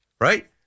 right